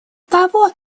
того